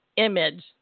image